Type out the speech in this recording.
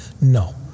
no